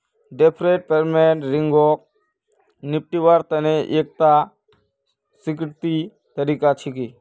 deferred payment ऋणक निपटव्वार तने एकता स्वीकृत तरीका छिके